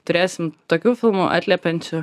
turėsim tokių filmų atliepiančių